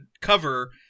cover